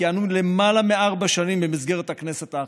כיהנו למעלה מארבע שנים במסגרת הכנסת האחת-עשרה.